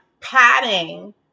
padding